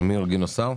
אמיר גינוסר,